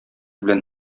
белән